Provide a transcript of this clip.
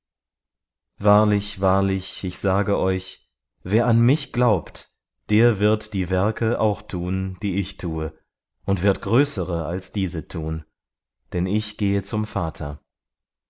wahrlich wahrlich ich sage euch wer an mich glaubt der wird die werke auch tun die ich tue und wird größere als diese tun denn ich gehe zum vater